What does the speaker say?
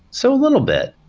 so a little bit.